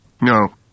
No